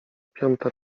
piąta